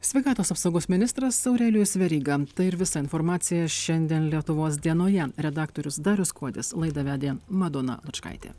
sveikatos apsaugos ministras aurelijus veryga tai ir visa informacija šiandien lietuvos dienoje redaktorius darius kuodis laidą vedė madona lučkaitė